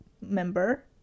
member